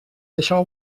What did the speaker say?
deixava